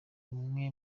umwe